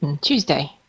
tuesday